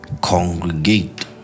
congregate